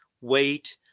weight